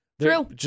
True